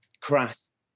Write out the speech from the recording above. crass